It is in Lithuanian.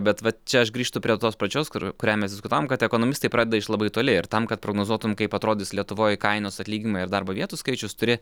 bet va čia aš grįžtu prie tos pačios kur kurią mes diskutavom kad ekonomistai pradeda iš labai toli ir tam kad prognozuotum kaip atrodys lietuvoj kainos atlyginimai ir darbo vietų skaičius turi